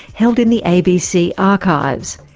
held in the abc archives.